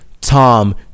Tom